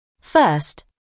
First